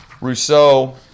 Rousseau